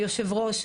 היושב ראש,